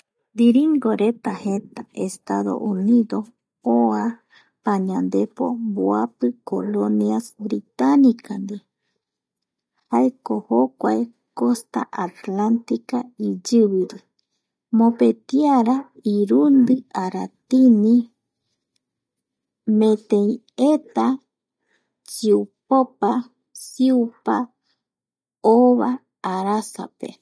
Ndiringoreta jenta Estados Unidos oa payandepo mboapi colonias britanica ndie jaeko jokuae Costa Atlantica iyiviri mopetiara irundi aratini meteieta chiupopa siupa ova arasape